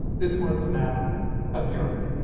this one is a map of europe.